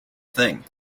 thing